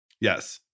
Yes